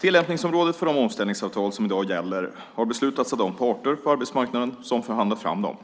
Tillämpningsområdet för de omställningsavtal som i dag gäller har beslutats av de parter på arbetsmarknaden som förhandlat fram dem.